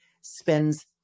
spends